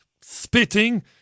spitting